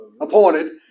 appointed